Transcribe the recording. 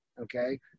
okay